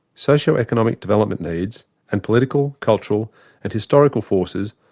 socio-economic development needs, and political, cultural and historical forces,